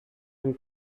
ein